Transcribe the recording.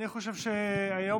אני חושב שהיום,